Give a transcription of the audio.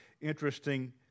interesting